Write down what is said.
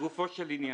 לגופו של עניין.